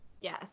Yes